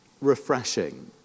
refreshing